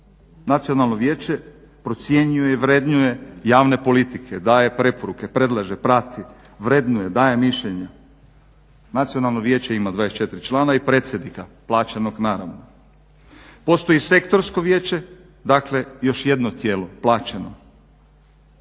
Nacionalno vijeće procjenjuje i vrednuje javne politike. Daje preporuke, predlaže, prati, vrednuje, daje mišljenja. Nacionalno vijeće ima 24 člana i predsjednika plaćenog naravno. Postoji sektorsko vijeće dakle još jedno tijelo plaćeno,